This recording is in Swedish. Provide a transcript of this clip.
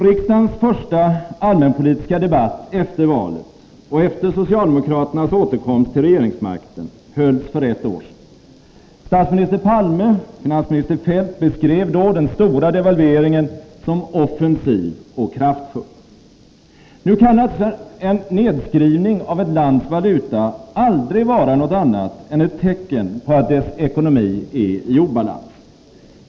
Riksdagens första allmänpolitiska debatt efter valet och efter socialdemokraternas återkomst till regeringsmakten hölls för ett år sedan. Statsminister Palme och finansminister Feldt beskrev då den stora devalveringen som offensiv och kraftfull. Nu kan naturligtvis en nedskrivning av ett lands valuta aldrig vara något annat än ett tecken på att landets ekonomi är i obalans.